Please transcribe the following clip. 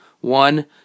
One